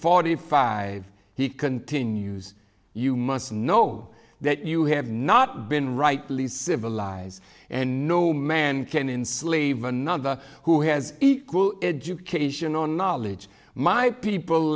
forty five he continues you must know that you have not been rightly civilize and no man can in slave another who has equal education or knowledge my people